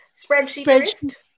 spreadsheet